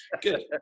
Good